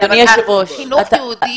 חינוך יהודי,